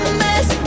mess